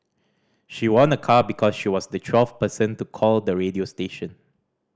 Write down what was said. she won a car because she was the twelfth person to call the radio station